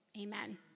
Amen